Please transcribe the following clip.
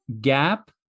gap